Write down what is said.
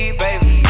baby